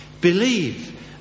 believe